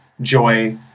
joy